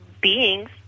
beings